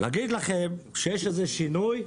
להגיד לכם שיש שינוי?